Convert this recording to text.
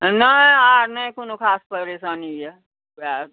नहि आर नहि कोनो खास परेशानी अछि वएह